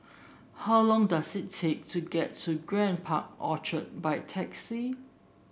how long does it take to get to Grand Park Orchard by taxi